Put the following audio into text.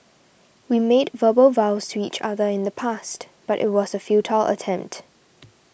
we made verbal vows to each other in the past but it was a futile attempt